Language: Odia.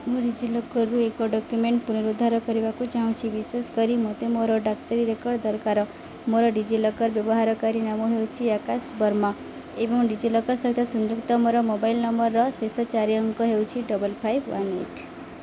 ମୁଁ ଡି ଜି ଲକର୍ରୁ ଏକ ଡକ୍ୟୁମେଣ୍ଟ୍ ପୁନରୁଦ୍ଧାର କରିବାକୁ ଚାହୁଁଛି ବିଶେଷ କରି ମୋତେ ମୋର ଡାକ୍ତରୀ ରେକର୍ଡ଼୍ ଦରକାର ମୋର ଡି ଜି ଲକର୍ ବ୍ୟବହାରକାରୀ ନାମ ହେଉଚି ଆକାଶ ବର୍ମା ଏବଂ ଡି ଜି ଲକର୍ ସହିତ ସଂଯୁକ୍ତ ମୋର ମୋବାଇଲ୍ ନମ୍ବର୍ର ଶେଷ ଚାରି ଅଙ୍କ ହେଉଛି ଡବଲ୍ ଫାଇଭ୍ ୱାନ୍ ଏଇଟ୍